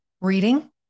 Reading